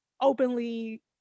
openly